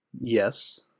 yes